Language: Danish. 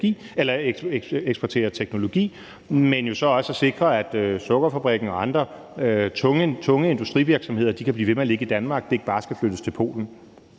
og eksportere teknologi, dels at sikre, at sukkerfabrikken og andre tunge industrivirksomheder kan blive ved med at ligge i Danmark og ikke bare flyttes til Polen.